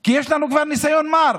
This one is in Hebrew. כי יש לנו כבר ניסיון מר,